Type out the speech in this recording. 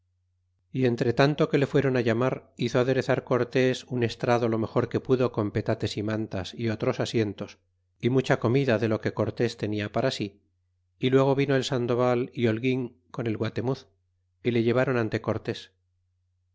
y entretanto que le fuéron llamar hizo aderezar cortés un estrado lo mejor que pudo con petates y mantas y otros asientos y mucha comida de lo que cortés tenia para sí y luego vino el sandoval y holguin con el guatemuz y le llevron nte